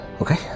Okay